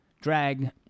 drag